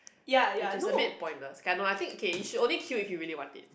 which is a bit pointless K ah no I think you should only queue if you really want it